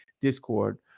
Discord